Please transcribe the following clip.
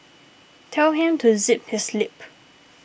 tell him to zip his lip